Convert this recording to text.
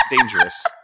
dangerous